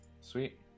Sweet